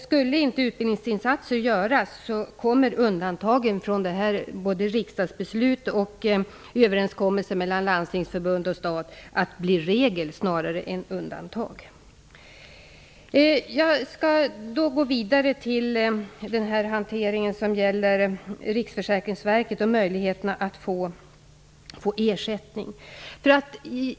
Skulle inte utbildningsinsatser göras kommer undantagen från riksdagsbeslut och överenskommelse mellan Landstingsförbund och stat att bli regel snarare än undantag. Jag skall gå vidare till att tala om Riksförsäkringsverkets hantering och möjligheterna att få ersättning.